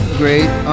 great